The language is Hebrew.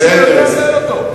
בסדר,